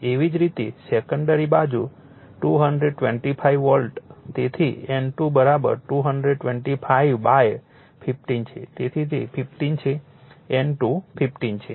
એવી જ રીતે સેકન્ડરી બાજુ 225 વોલ્ટ તેથી N2 22515 છે તેથી તે 15 છે N2 15 છે